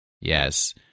Yes